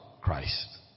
Christ